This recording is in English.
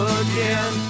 again